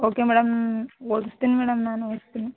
okay madam ಓದಸ್ತಿನಿ madam ನಾನು ಓದಿಸ್ತಿನಿ